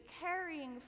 carrying